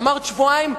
אמרת שבועיים?